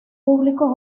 públicos